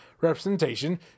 representation